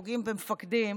פוגעים במפקדים,